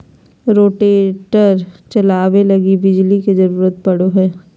rotator चलावे लगी बिजली के जरूरत पड़ो हय